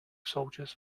soldiers